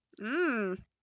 Mmm